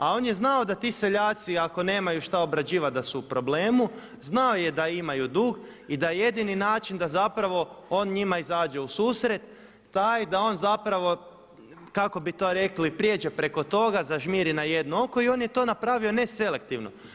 A on je znao da ti seljaci ako nemaju šta obrađivati da su u problemu, znao je da imaju dug i da jedini način da zapravo on njima izađe u susret taj da on zapravo kako bi to rekli pređe preko toga, zažmiri na jedno oko i on je to napravio ne selektivno.